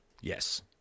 yes